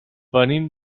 venim